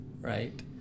right